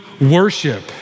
worship